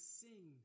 sing